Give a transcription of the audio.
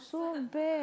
so bad